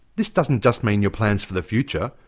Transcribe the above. this doesn't just mean your plans for the future,